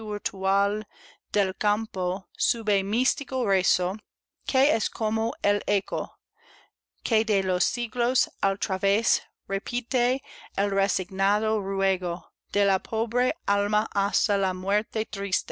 espiritual del campo sube místico rezo que es como el eco que de los siglos al través repite el resignado ruego de la pobre alma hasta la muerte